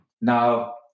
Now